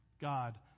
God